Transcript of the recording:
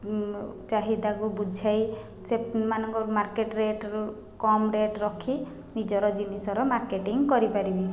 ମୁଁ ଚାହିଦାକୁ ବୁଝାଇ ସେମାନଙ୍କ ମାର୍କେଟ୍ ରେଟ୍ରୁ କମ୍ ରେଟ୍ ରଖି ନିଜର ଜିନିଷର ମାର୍କେଟିଂ କରିପାରିବି